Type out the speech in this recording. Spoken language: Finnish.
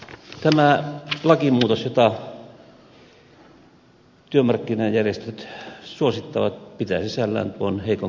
tämä lakimuutos jota työmarkkinajärjestöt suosittavat pitää sisällään tuon heikon kohdan josta ed